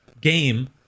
game